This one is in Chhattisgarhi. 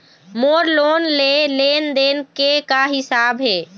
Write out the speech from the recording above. मोर लोन के लेन देन के का हिसाब हे?